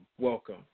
welcome